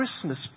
Christmas